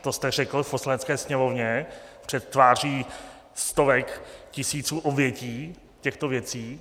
To jste řekl v Poslanecké sněmovně před tváří stovek, tisíců obětí těchto věcí?